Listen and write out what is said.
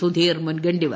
സുധീർമുൻഗണ്ടിവർ